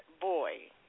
boy